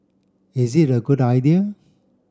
is it a good idea